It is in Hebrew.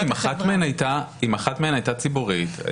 אם היא חברת אג"ח היא